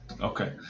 Okay